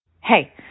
Hey